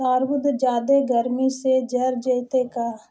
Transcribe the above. तारबुज जादे गर्मी से जर जितै का?